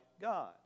God